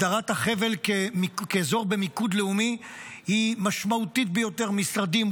הגדרת החבל כאזור במיקוד לאומי היא משמעותית ביותר: משרדים,